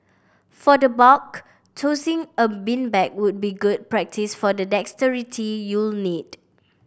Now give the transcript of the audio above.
for the bulk tossing a beanbag would be good practice for the dexterity you'll need